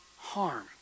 harm